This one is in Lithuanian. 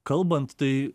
kalbant tai